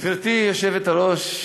גברתי היושבת-ראש,